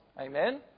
Amen